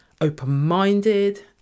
open-minded